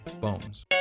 bones